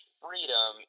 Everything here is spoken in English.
freedom